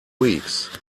weeks